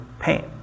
pain